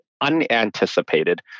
unanticipated